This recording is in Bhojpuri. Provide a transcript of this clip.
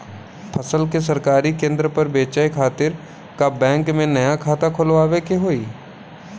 फसल के सरकारी केंद्र पर बेचय खातिर का बैंक में नया खाता खोलवावे के होई?